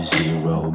zero